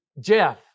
Jeff